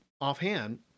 offhand